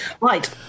Right